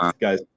guys